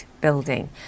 building